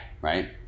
Right